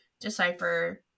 decipher